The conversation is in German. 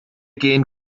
gehen